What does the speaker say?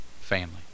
family